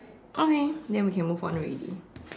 okay then we can move on already